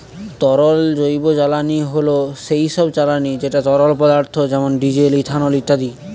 তরল জৈবজ্বালানী হল সেই সব জ্বালানি যেটা তরল পদার্থ যেমন ডিজেল, ইথানল ইত্যাদি